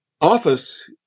Office